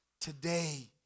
Today